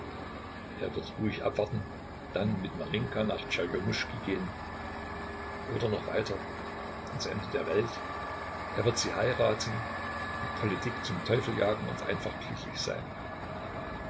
er wird ruhig abwarten dann mit marinjka nach tscherjomuschki gehen oder noch weiter ans ende der welt er wird sie heiraten die politik zum teufel jagen und einfach glücklich sein